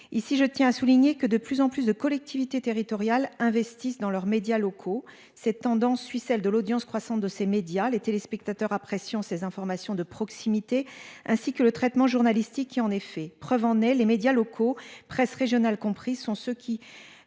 Je tiens à le souligner, de plus en plus de collectivités territoriales investissent dans leurs médias locaux. Cette tendance suit celle de l'audience croissante de ces médias, les téléspectateurs appréciant ces informations de proximité, ainsi que le traitement journalistique qui en est fait. Preuve en est, les médias locaux, presse régionale comprise, sont ceux